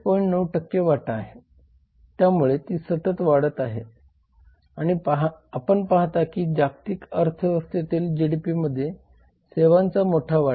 9 वाटा आहे त्यामुळे ती सतत वाढत आहे आणि आपण पाहता की जागतिक अर्थव्यवस्थेतील जीडीपीमध्ये सेवांचा मोठा वाटा आहे